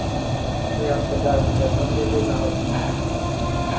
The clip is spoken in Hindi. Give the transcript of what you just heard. अरे आप पचास रुपैया कम दे देना और क्या मैम